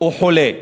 הוא חולה.